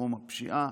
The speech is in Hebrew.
בתחום הפשיעה.